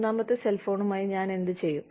മൂന്നാമത്തെ സെൽ ഫോണുമായി ഞാൻ എന്തുചെയ്യും